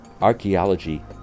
archaeology